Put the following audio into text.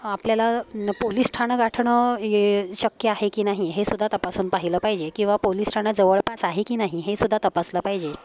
आपल्याला पोलिस ठाणं गाठणं हे शक्य आहे की नाही हे सुद्धा तपासून पाहिलं पाहिजे किंवा पोलिस ठाणं जवळपास आहे की नाही हे सुद्धा तपासलं पाहिजे